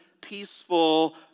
peaceful